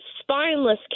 spineless